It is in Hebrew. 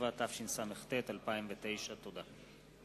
7), התשס"ט 2009. תודה.